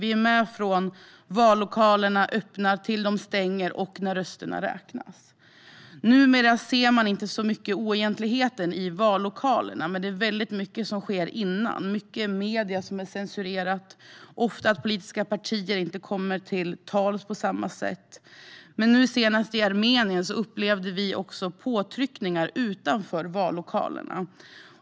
Vi är med från det att vallokalerna öppnar till dess att de stänger och när rösterna räknas. Numera ser man inte så mycket oegentligheter i vallokalerna, men det är väldigt mycket som sker innan. Många medier är censurerade, och politiska partier kommer ofta inte till tals. Senast, i Armenien, upplevde vi också påtryckningar utanför vallokalerna.